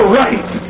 right